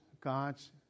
God's